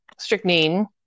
Strychnine